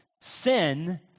sin